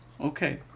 Okay